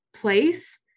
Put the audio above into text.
place